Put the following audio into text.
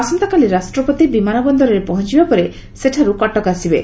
ଆସନ୍ତାକାଲି ରାଷ୍ଟ୍ରପତି ବିମାନବନ୍ଦରରେ ପହଞ୍ ିବା ପରେ ସେଠାରୁ କଟକ ଆସିବେ